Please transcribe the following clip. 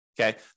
Okay